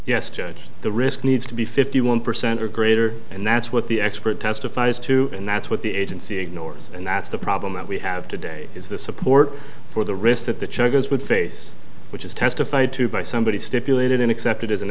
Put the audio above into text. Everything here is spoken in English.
yes judge the risk needs to be fifty one percent or greater and that's what the expert testifies to and that's what the agency ignores and that's the problem that we have today is the support for the risk that the charges would face which is testified to by somebody stipulated in accepted as an